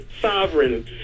sovereign